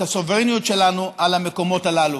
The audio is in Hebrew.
את הסוברניות שלנו על המקומות הללו.